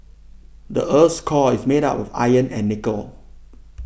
the earth's core is made of iron and nickel